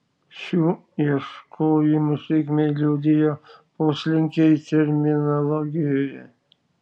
šių ieškojimų sėkmę liudijo poslinkiai terminologijoje